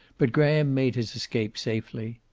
but graham made his escape safely.